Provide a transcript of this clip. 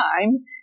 time